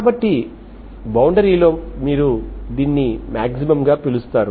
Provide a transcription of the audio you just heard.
కాబట్టి బౌండరీ లో మీరు దీన్ని మాక్సిమం గా పిలుస్తారు